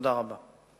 תודה רבה.